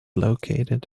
located